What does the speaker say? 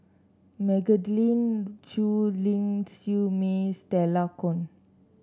Magdalene Khoo Ling Siew May Stella Kon